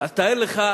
אז תאר לך,